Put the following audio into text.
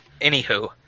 Anywho